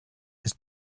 ist